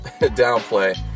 downplay